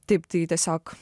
taip tai tiesiog